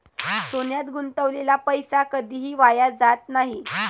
सोन्यात गुंतवलेला पैसा कधीही वाया जात नाही